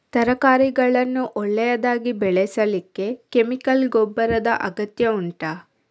ತರಕಾರಿಗಳನ್ನು ಒಳ್ಳೆಯದಾಗಿ ಬೆಳೆಸಲಿಕ್ಕೆ ಕೆಮಿಕಲ್ ಗೊಬ್ಬರದ ಅಗತ್ಯ ಉಂಟಾ